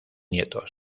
nietos